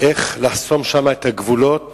איך לחסום שם את הגבולות